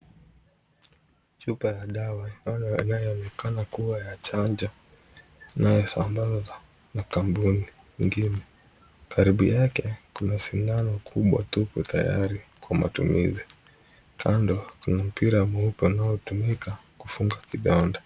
Chupa ya dawa inayoonekana kuwa ya chanjo inayosambazwa na kampuni ingine. Karibu yake kuna sindano kubwa tupu tayari kwa matumizi. Kando kuna mpira mweupe unaotumika kufunga kidonda.